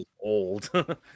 Old